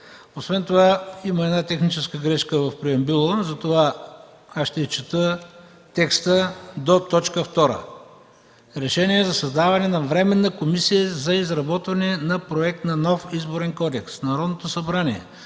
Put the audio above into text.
Освен това има една техническа грешка в преамбюла, затова ще чета текста до т. 2: „РЕШЕНИЕ за създаване на Временна комисия за изработване на Проект на нов Изборен кодекс Народното събрание